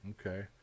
Okay